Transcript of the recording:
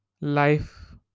life